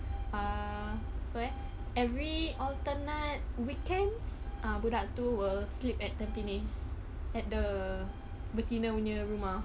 uh where ah every alternate weekends err budak tu will sleep at tampines at the betina punya rumah